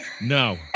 No